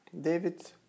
David